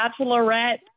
bachelorette